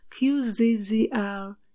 QZZR